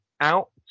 Out